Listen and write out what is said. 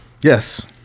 Yes